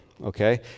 Okay